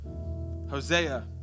Hosea